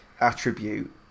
attribute